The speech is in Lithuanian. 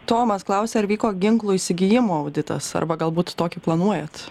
tomas klausia ar vyko ginklų įsigijimo auditas arba galbūt tokį planuojat